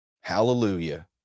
hallelujah